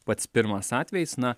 pats pirmas atvejis na